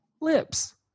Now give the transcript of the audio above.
lips